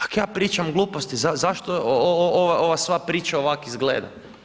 Ak ja pričam gluposti, zašto ova sva priča ovak izgleda?